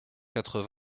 quatre